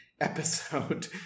episode